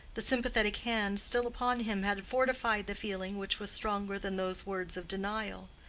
the sympathetic hand still upon him had fortified the feeling which was stronger than those words of denial.